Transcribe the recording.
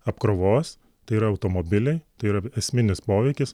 apkrovos tai yra automobiliai tai yra esminis poveikis